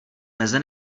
meze